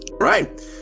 right